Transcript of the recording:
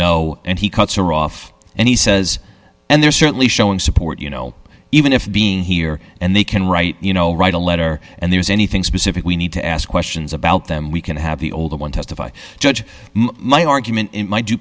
know and he cuts are off and he says and they're certainly showing support you know even if being here and they can write you know write a letter and there's anything specific we need to ask questions about them we can have the older one testify judge my